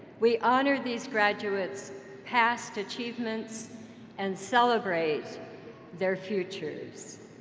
we honor these graduates' past achievements and celebrate their futures.